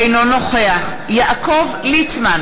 אינו נוכח יעקב ליצמן,